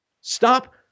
Stop